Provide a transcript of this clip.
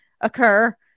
occur